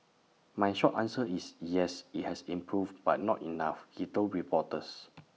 my short answer is yes IT has improved but not enough he told reporters